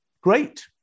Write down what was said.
great